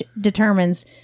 determines